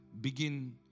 begin